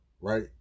right